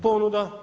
Ponuda.